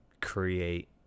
create